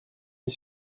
mis